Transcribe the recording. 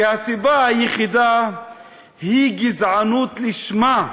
כי הסיבה היחידה היא גזענות לשמה,